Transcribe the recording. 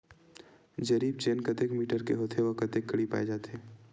जरीब चेन कतेक मीटर के होथे व कतेक कडी पाए जाथे?